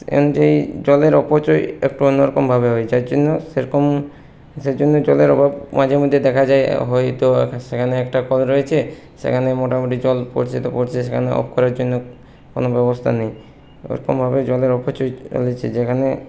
সেই অনুযায়ী জলের অপচয় একটু অন্যরকমভাবে হয়েছে যার জন্য সেরকম সেজন্য জলের অভাব মাঝেমধ্যে দেখা যায় হয়তো সেখানে একটা কল রয়েছে সেখানে মোটামুটি জল পড়ছে তো পড়ছেই সেখানে অফ করার জন্য কোনো ব্যবস্থা নেই ওরকমভাবে জলের অপচয় হয়েছে যেখানে